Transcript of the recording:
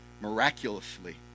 miraculously